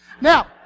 Now